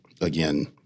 again